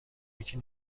یکی